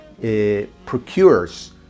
procures